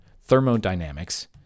thermodynamics